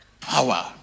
Power